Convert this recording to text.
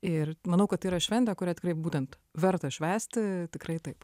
ir manau kad yra šventė kurią tikrai būtent verta švęsti tikrai taip